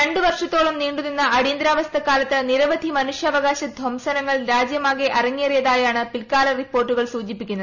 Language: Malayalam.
രണ്ട് വർഷത്തോളം നീണ്ടു നിന്ന അടിയ്ന്തരാവസ്ഥാ കാലത്ത് നിരവധി മനുഷ്യാവകാശ ധ്വംസനങ്ങൾ രാജ്യമാകെ അരങ്ങേറിയതായാണ് പിൽക്കാല റിപ്പോർട്ടുകൾ സൂചിപ്പിക്കുന്നത്